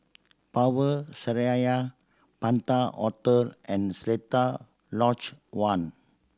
Power Seraya Penta Hotel and Seletar Lodge One